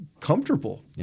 comfortable